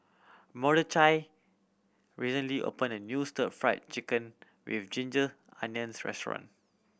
Mordechai recently opened a new Stir Fried Chicken With Ginger Onions restaurant